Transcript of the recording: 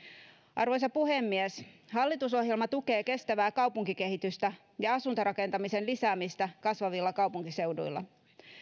arvoisa puhemies hallitusohjelma tukee kestävää kaupunkikehitystä ja asuntorakentamisen lisäämistä kasvavilla kaupunkiseuduilla